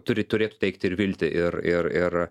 turi turėtų teikti ir viltį ir ir ir